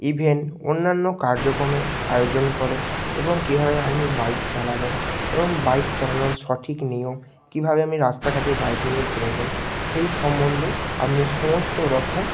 even অন্যান্য কার্যক্রমে আয়োজন করে এবং কীভাবে আমনি বাইক চালাবেন এবং বাইক চালানোর সঠিক নিয়ম কীভাবে আমনি রাস্তাঘাটে বাইক নিয়ে বেরোবেন সেই সম্বন্ধে আপনি সমস্ত রখম